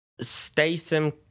Statham